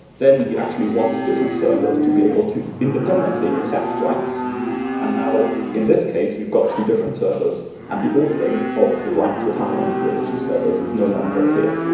then you actually want different servers to be able to independently accept rights and now in this case, you've got two different servers and the ordering of the rights that happen on those two servers is no longer clear.